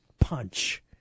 punch